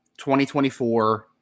2024